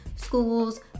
schools